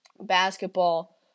Basketball